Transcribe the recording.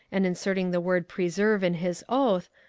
and inserting the word preserve in his oath.